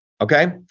Okay